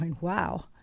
wow